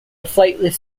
flightless